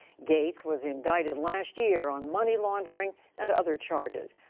gates was indicted last year on money laundering and other charges.